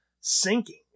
sinking